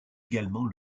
également